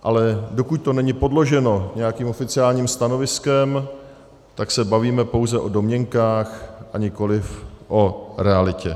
Ale dokud to není podloženo nějakým oficiálním stanoviskem, tak se bavíme pouze o domněnkách, a nikoliv o realitě.